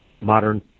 modern